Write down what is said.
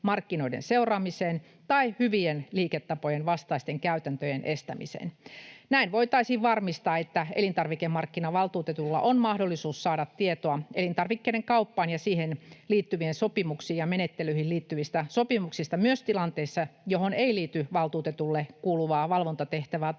markkinoiden seuraamiseen tai hyvien liiketapojen vastaisten käytäntöjen estämiseen. Näin voitaisiin varmistaa, että elintarvikemarkkinavaltuutetulla on mahdollisuus saada tietoa elintarvikkeiden kauppaan ja siihen liittyviin sopimuksiin ja menettelyihin liittyvistä sopimuksista myös tilanteessa, johon ei liity valtuutetulle kuuluvaa valvontatehtävää